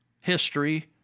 history